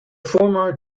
former